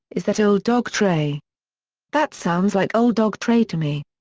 is that old dog tray that sounds like old dog tray to me.